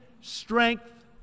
strength